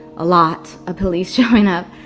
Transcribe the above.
a lot of police showing up.